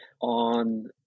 on